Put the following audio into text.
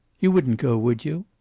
you wouldn't go, would you?